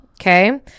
Okay